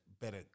better